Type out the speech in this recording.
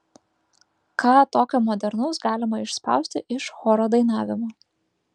ką tokio modernaus galima išspausti iš choro dainavimo